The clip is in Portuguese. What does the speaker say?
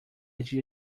dia